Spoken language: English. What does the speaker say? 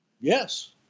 Yes